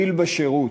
דיל בשירות,